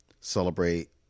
celebrate